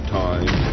time